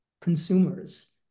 consumers